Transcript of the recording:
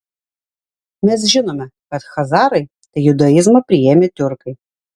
mes žinome kad chazarai tai judaizmą priėmę tiurkai